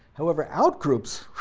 however, out-groups,